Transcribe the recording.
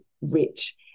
rich